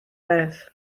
beth